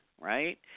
right